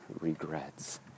regrets